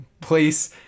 place